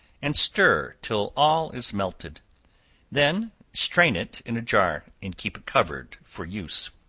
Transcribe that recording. and stir till all is melted then strain it in a jar, and keep it covered for use.